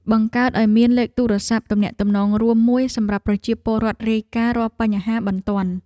បង្កើតឱ្យមានលេខទូរស័ព្ទទំនាក់ទំនងរួមមួយសម្រាប់ប្រជាពលរដ្ឋរាយការណ៍រាល់បញ្ហាបន្ទាន់។